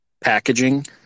packaging